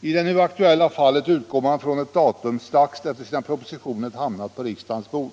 I det nu aktuella fallet utgår man från ett datum strax efter det propositionen hamnat på riksdagens bord.